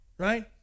Right